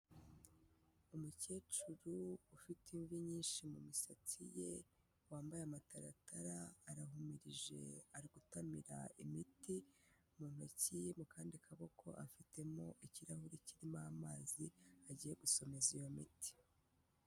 Umukecuru ufite imvi nyinshi mu misatsi ye, wambaye amataratara arahumirije ari gutamira imiti mu ntoki, mu kandi kaboko afitemo ikirahuri kirimo amazi agiye gusomeza iyo miti.